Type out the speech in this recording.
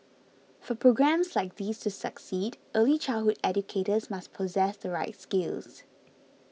for programmes like these to succeed early childhood educators must possess the right skills